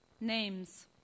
Names